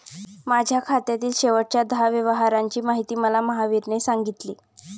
माझ्या खात्यातील शेवटच्या दहा व्यवहारांची माहिती मला महावीरने सांगितली